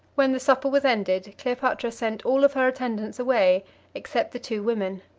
when the supper was ended, cleopatra sent all of her attendants away except the two women.